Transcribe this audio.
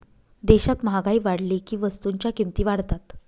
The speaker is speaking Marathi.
देशात महागाई वाढली की वस्तूंच्या किमती वाढतात